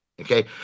Okay